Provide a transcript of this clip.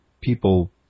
people